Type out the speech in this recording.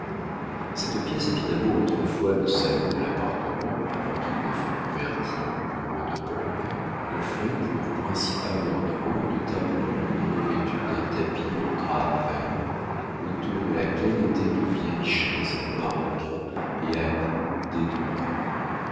cette pièce évidemment autrefois le salon de l'appartement avant qu'il ne fût converti en bureau de banque offrait pour principal ornement une table ronde revêtue d'un tapis en drap vert autour de laquelle étaient de vieilles chaises en maroquin noir et à clous dédorés